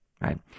right